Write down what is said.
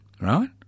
right